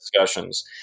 discussions